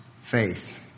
faith